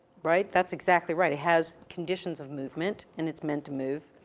right? that's exactly right. it has conditions of movement, and it's meant to move.